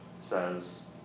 says